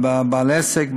בעל עסק,